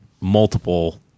multiple